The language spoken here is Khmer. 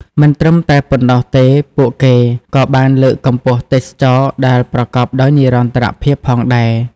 មិនត្រឹមតែប៉ុណ្ណោះទេពួកគេក៏បានលើកកម្ពស់ទេសចរណ៍ដែលប្រកបដោយនិរន្តរភាពផងដែរ ។